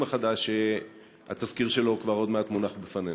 החדש שהתזכיר שלו עוד מעט כבר מונח בפנינו?